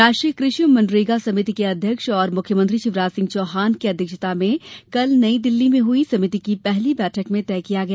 राष्ट्रीय कृषि एवं मनरेगा समिति के अध्यक्ष तथा मुख्यमंत्री शिवराज सिंह चौहान की अध्यक्षता में कल नई दिल्ली में हुई समिति की पहली बैठक में तय किया गया